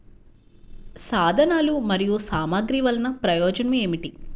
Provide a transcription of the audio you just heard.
సాధనాలు మరియు సామగ్రి వల్లన ప్రయోజనం ఏమిటీ?